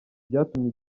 byatumye